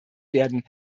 werden